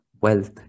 wealth